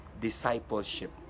discipleship